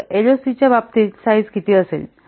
तर एलओसीच्या बाबतीत साईझ किती असेल